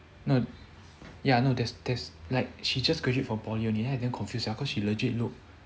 no ya no there's there's like she just graduate from poly only eh I damn confused sia cause she legit look